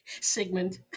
Sigmund